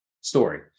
story